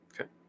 Okay